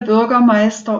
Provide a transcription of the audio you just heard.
bürgermeister